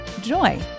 joy